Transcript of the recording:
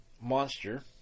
monster